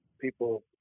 people